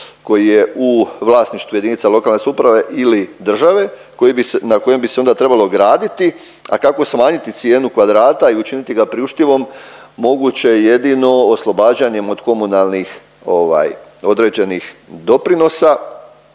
koji je u vlasništvu jedinica lokalne samouprave ili države koje bi se, na kojem bi se onda trebalo graditi, a kako smanjiti cijenu kvadrata i učiniti ga priuštivom moguće je jedino oslobađanjem od komunalnih ovaj, određenih doprinosa